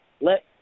let